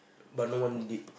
but no one did